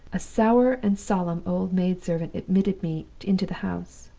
a sour and solemn old maid-servant admitted me into the house.